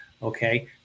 Okay